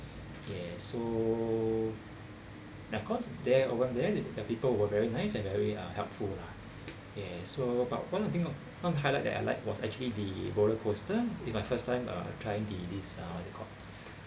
ya so and of course they're over there the people were very nice and very uh helpful lah yes well what about one of the thing I want to highlight that I like was actually the roller coaster it's my first time uh trying the this uh what's it called